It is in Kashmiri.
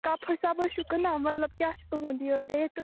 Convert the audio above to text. کَپ حِساب حظ چھُو کٕنان مطلب کیٛاہ چھُ تُہنٛد یہِ ریٹ